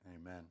Amen